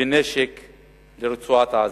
ונשק לרצועת-עזה,